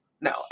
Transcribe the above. no